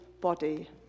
body